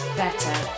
better